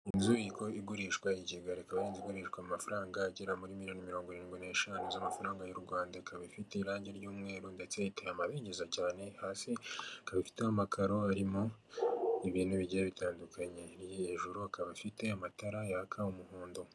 Inzu igurishwa i Kigari, ikaba ari inzu igurishwa amafaranga agera muri miyoni mirongo irindwi n'eshanu z'amafaranga y'u Rwanda, ikaba ifite irangi ry'umweru ndetse iteye amabengeza cyane hasi ikaba ifite amakaro harimo ibintu bigiye bitanduye hejuru ikaba ifite amatara yaka umuhondo.